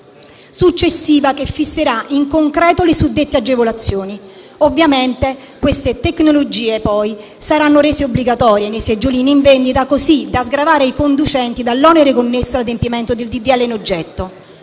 successiva che fisserà in concreto le suddette agevolazioni. Ovviamente queste tecnologie saranno poi rese obbligatorie nei seggiolini in vendita, così da sgravare i conducenti dell'onere connesso all'adempimento del disegno